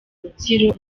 rutsiro